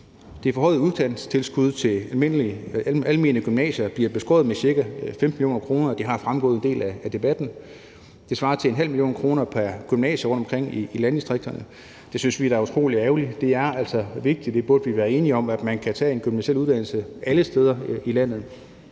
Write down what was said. Det forhøjede udkantstilskud til almene gymnasier bliver beskåret med ca. 15 mio. kr., og det er fremgået af en del af debatten. Det svarer til ½ mio. kr. pr. gymnasie rundtomkring i landdistrikterne. Det synes vi da er utrolig ærgerligt. Det er altså vigtigt – og det burde vi være enige om – at man kan tage en gymnasial uddannelse alle steder i landet.